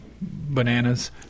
bananas